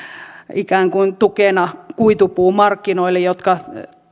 ikään kuin tukena kuitupuumarkkinoille joiden